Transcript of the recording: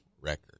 record